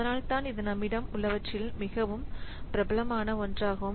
அதனால்தான் இது நம்மிடம் உள்ளவற்றில் மிகவும் பிரபலமான ஒன்றாகும்